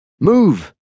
Move